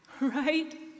right